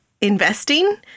investing